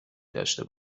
داشته